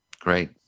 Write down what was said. Great